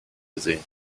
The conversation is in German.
gesehen